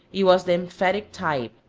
it was the emphatic type,